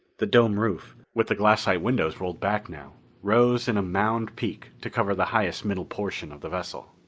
the dome roof, with the glassite windows rolled back now, rose in a mound peak to cover the highest middle portion of the vessel.